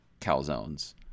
calzones